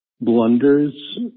blunders